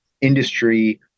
industry